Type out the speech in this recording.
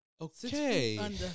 Okay